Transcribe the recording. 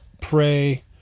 pray